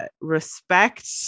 respect